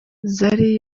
zari